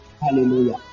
Hallelujah